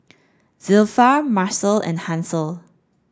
Zilpha Marcel and Hansel